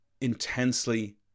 intensely